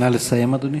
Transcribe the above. נא לסיים, אדוני.